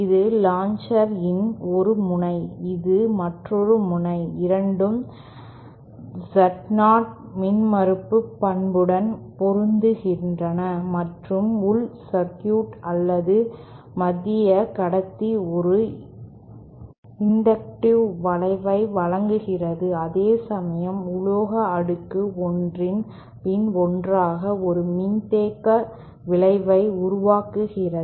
இது லாஞ்சர் இன் ஒரு முனை இது மற்றொரு முனை இரண்டும் Z0 மின்மறுப்பு பண்புடன் பொருந்துகின்றன மற்றும் உள் சர்க்யூட் அல்லது மத்திய கடத்தி ஒரு இன்டக்டிவ் விளைவை வழங்குகிறது அதேசமயம் உலோக அடுக்கு ஒன்றன் பின் ஒன்றாக ஒரு மின்தேக்க விளைவை உருவாக்குகிறது